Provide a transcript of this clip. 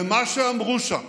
ומה שאמרו שם